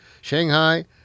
shanghai